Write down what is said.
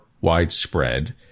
widespread